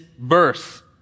verse